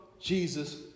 Jesus